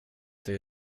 det